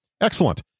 excellent